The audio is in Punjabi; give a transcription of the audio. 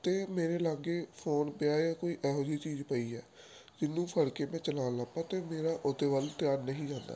ਅਤੇ ਮੇਰੇ ਲਾਗੇ ਫੋਨ ਪਿਆ ਆ ਕੋਈ ਇਹੋ ਜਿਹੀ ਚੀਜ਼ ਪਈ ਹੈ ਜਿਹਨੂੰ ਫੜ ਕੇ ਮੈਂ ਚਲਾਉਣ ਲੱਗ ਪਵਾਂ ਤਾਂ ਮੇਰਾ ਉਹਦੇ ਵੱਲ ਧਿਆਨ ਨਹੀਂ ਜਾਂਦਾ